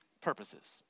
purposes